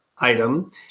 item